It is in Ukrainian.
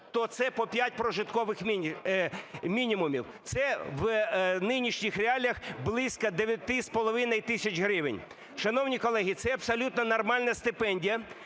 то це по 5 прожиткових мінімумів. Це в нинішніх реаліях близько 9,5 тисяч гривень. Шановні колеги, це абсолютно нормальна стипендія,